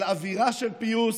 על אווירה של פיוס,